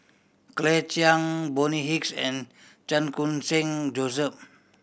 Claire Chiang Bonny Hicks and Chan Khun Sing Joseph